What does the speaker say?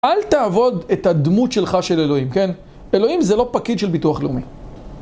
אל תעבוד את הדמות שלך של אלוהים, כן? אלוהים זה לא פקיד של ביטוח לאומי.